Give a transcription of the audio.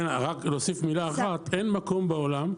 רק להוסיף מילה אחת: אין מקום בעולם,